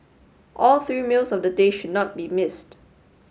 all three meals of the day should not be missed